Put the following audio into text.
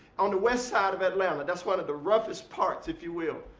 on the west side of atlanta that's one of the roughest parts, if you will,